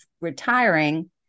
retiring